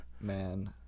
Man